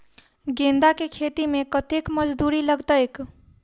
गेंदा केँ खेती मे कतेक मजदूरी लगतैक?